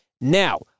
Now